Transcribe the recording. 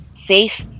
safe